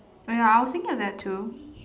oh ya I was thinking of that too